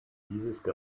diese